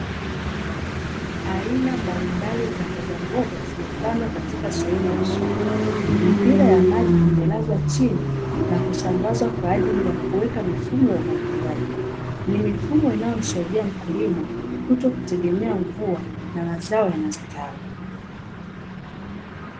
Aina mbalimbali za mbogamboga zimepandwa katika sehemu ya shamba, mipira ya maji imelazwa chini na kusambazwa kwaajili ya kuweka mifumo ya umwagiliaji, ni mifumo inayomsaidia mkulima kutokutegemea mvua na mazao yanastawi.